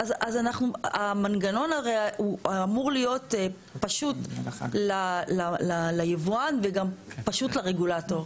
המנגנון אמור להיות פשוט ליבואן וגם פשוט לרגולטור.